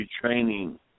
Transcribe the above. training